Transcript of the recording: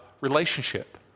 relationship